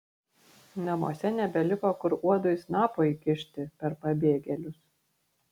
namuose nebeliko kur uodui snapo įkišti per pabėgėlius